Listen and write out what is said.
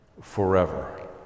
forever